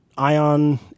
Ion